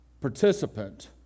participant